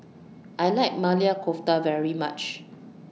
I like Maili Kofta very much